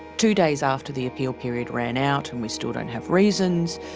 two days after the appeal period ran out and we still don't have reasons.